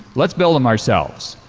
let's build them ourselves.